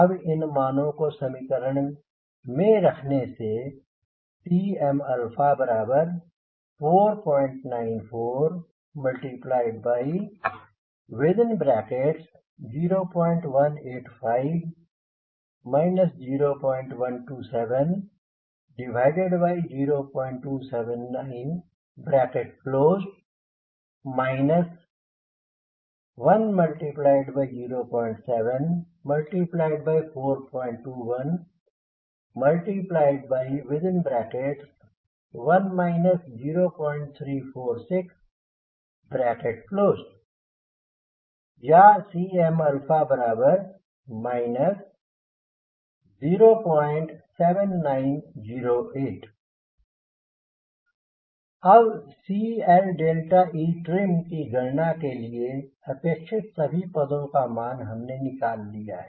अब इन मानों को समीकरण मन रखने से Cm 494 0185 012070279 1 07 421 1 0346 या Cm 07908 अब CLetrim की गणना के लिए अपेक्षित सभी पदों का मान हमने निकल लिया है